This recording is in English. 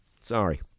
Sorry